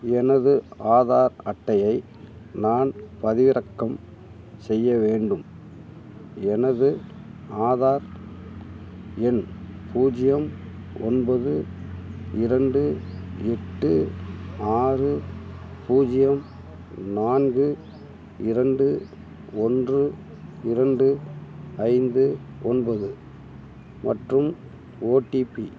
எனது ஆதார் அட்டையை நான் பதிவிறக்கம் செய்ய வேண்டும் எனது ஆதார் எண் பூஜ்ஜியம் ஒன்பது இரண்டு எட்டு ஆறு பூஜ்ஜியம் நான்கு இரண்டு ஒன்று இரண்டு ஐந்து ஒன்பது மற்றும் ஓடிபி